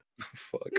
Fuck